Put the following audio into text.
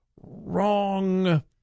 wrong